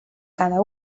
cada